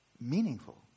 meaningful